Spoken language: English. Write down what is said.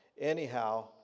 anyhow